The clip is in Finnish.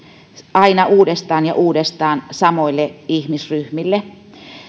aina uudestaan ja uudestaan samoille ihmisryhmille